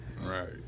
Right